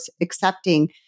accepting